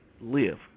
live